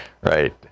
Right